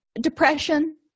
Depression